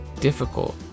difficult